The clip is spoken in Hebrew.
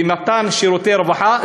במתן שירותי רווחה,